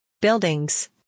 buildings